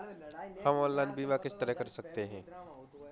हम ऑनलाइन बीमा किस तरह कर सकते हैं?